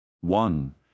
One